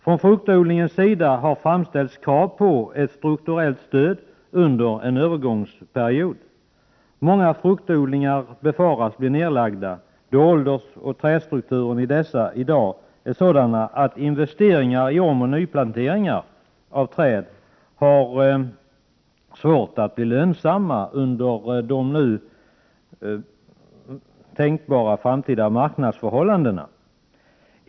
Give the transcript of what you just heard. Från fruktodlingens sida har framställts krav på ett strukturellt stöd under en övergångsperiod. Många fruktodlingar befaras bli nedlagda, då åldersoch trädstrukturen i dessa i dag är sådan att investeringar i omoch nyplanteringar har svårt att bli lönsamma under nu tänkbara framtida marknadsförhållanden.